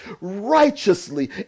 righteously